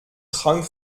trank